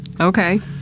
Okay